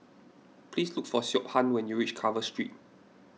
please look for Siobhan when you reach Carver Street